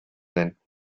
nennt